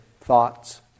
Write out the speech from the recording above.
thoughts